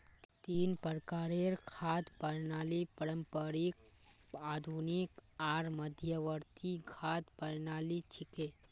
तीन प्रकारेर खाद्य प्रणालि पारंपरिक, आधुनिक आर मध्यवर्ती खाद्य प्रणालि छिके